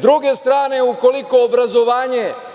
druge strane ukoliko obrazovanje